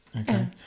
Okay